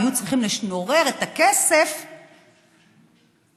היו צריכים לשנורר את הכסף מתורמים,